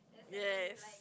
yes